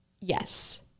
Yes